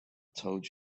told